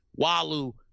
Walu